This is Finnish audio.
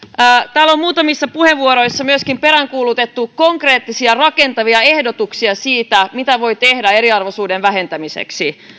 täällä on muutamissa puheenvuoroissa peräänkuulutettu myöskin konkreettisia rakentavia ehdotuksia siitä mitä voi tehdä eriarvoisuuden vähentämiseksi